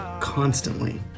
constantly